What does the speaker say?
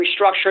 restructure